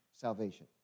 salvation